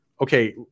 okay